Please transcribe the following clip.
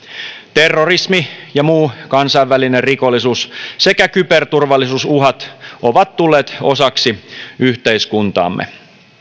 terrorismi ja muu kansainvälinen rikollisuus sekä kyberturvallisuusuhat ovat tulleet osaksi yhteiskuntaamme